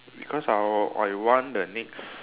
because I would I would want the next